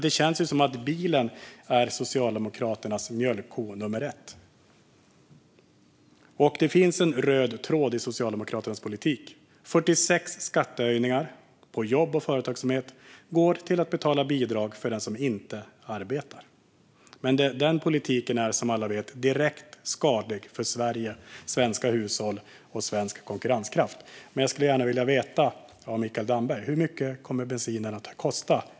Det känns som att bilen är Socialdemokraternas mjölkko nummer ett. Det finns en röd tråd i Socialdemokraternas politik. 46 skattehöjningar på jobb och företagsamhet går till att betala bidrag för dem som inte arbetar. Den politiken är som alla vet direkt skadlig för Sverige, svenska hushåll och svensk konkurrenskraft. Men jag skulle gärna vilja veta av Mikael Damberg: Hur mycket kommer bensinen att kosta efter valet?